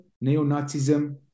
neo-Nazism